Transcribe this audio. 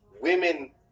women